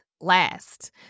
Last